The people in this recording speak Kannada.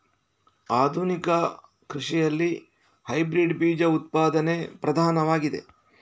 ಆಧುನಿಕ ಕೃಷಿಯಲ್ಲಿ ಹೈಬ್ರಿಡ್ ಬೀಜ ಉತ್ಪಾದನೆ ಪ್ರಧಾನವಾಗಿದೆ